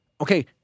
Okay